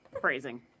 Phrasing